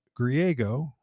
Griego